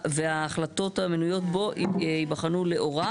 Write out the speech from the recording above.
וההחלטות המנויות בו ייבחנו לאורה".